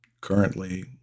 currently